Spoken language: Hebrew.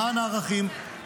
למען הערכים,